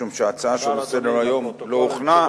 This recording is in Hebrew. משום שההצעה שלו לסדר-היום עוד לא הוכנה,